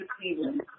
Cleveland